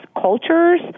cultures